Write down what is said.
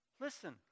Listen